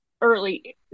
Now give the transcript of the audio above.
early